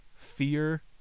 Fear